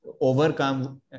overcome